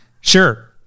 Sure